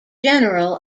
general